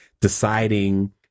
deciding